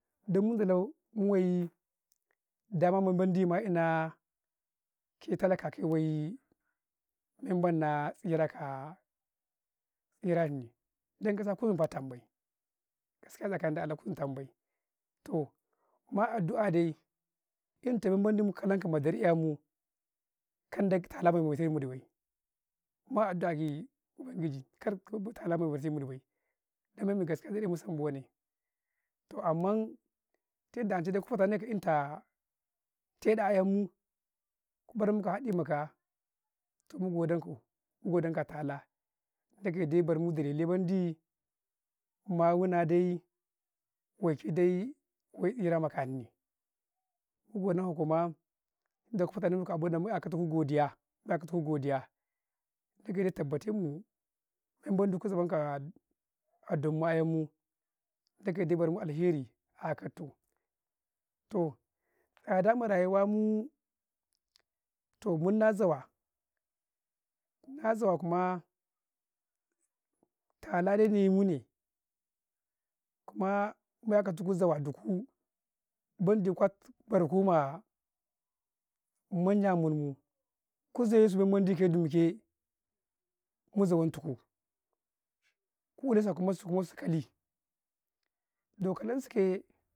﻿Dammu dalau, mu wayii, dama ma mandi ma'inaa, ke talaka kai wayyi, menb bai na tsira ka, tsira'eni, dan kasa kuzamfa tambay, gaskiya tsakani da allah kuzum tambay, toh ma addu, ah dai, ennta men mendi muka lankau madar'e amu, kan dage tala musai wa ɗi bay, ma addu, ah ye ubangiji kar tala musai wa ɗi bay. Dan men mi gaskiya gyi ɗan musam bone, toh amman tayadda ancai dai ku faa nee, ka'entaa, te ɗau ayemmu, mu barammu ha ɗi makaa toh, mu godan kau, mugodan kau wa talaa dagye dai barmu direle wan ɗii ma wuna dai, wake day, waii tsira ma kanni, mugodanka kumaa, dakkuka, fata nemu ka'abunnan mu'ya katuku godiya, mu'yakatuku godiya dagye dai tabbati mune, men mendi ku zabanka a dammu, ayemmu, dagye barmu alkairi a'atu, toh tsada ma rayuwa muu, toh munnah zawa, nazawaa kuma ta la, dai nemune, kuma mu'yakataku zuwa a dukuu, bendikwa baraku ma manya mamu imuu kuzayasu menmendike dinike, muzabanttuku, ku'ulasu akumasu, kumasu kali do kalansu kayee.